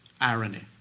irony